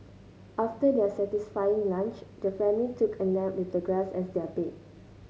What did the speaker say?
after their satisfying lunch the family took a nap with the grass as their bed